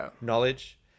knowledge